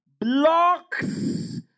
blocks